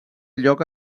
lloc